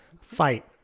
Fight